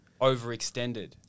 overextended